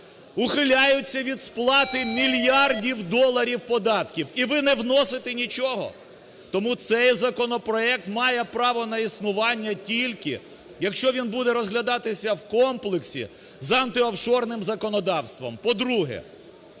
ухиляються від сплати мільярдів доларів податків. І ви не вносите нічого?! Тому цей законопроект має право на існування, тільки якщо він буде розглядатися в комплексі зантиофшорним законодавством. По-друге,